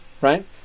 right